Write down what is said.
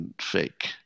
fake